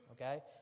okay